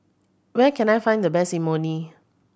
where can I find the best Imoni